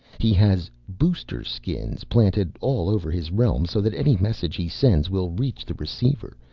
he has booster skins planted all over his realm so that any message he sends will reach the receiver,